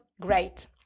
great